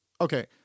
okay